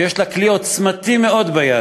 שיש לה כלי עוצמתי מאוד ביד,